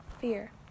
fear